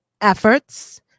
efforts